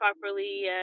properly